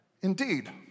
Indeed